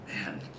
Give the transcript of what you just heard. Man